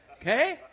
Okay